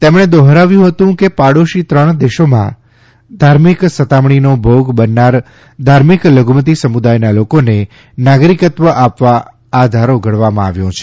તેમણે દોહરાવ્યું હતું કે પાડોશી ત્રણ દેશોમાં ધાર્મિક સતામણીનો ભોગ બનનાર ધાર્મિક લધુમતી સમુદાયના લોકોને નાગરિકત્વ આપવા આ ધારો ઘડવામાં આવ્યો છે